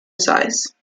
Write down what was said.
size